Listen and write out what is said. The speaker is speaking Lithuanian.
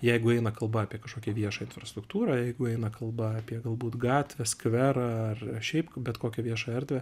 jeigu eina kalba apie kažkokią viešą infrastruktūrą jeigu eina kalba apie galbūt gatvę skverą ar šiaip bet kokią viešą erdvę